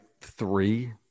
three